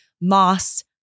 moss